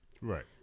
Right